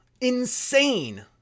Insane